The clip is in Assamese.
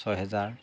ছয় হেজাৰ